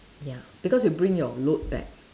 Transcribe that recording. ya because you bring your load back